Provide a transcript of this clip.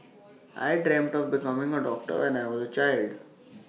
I dreamt of becoming A doctor when I was child